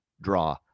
Draw